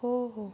हो हो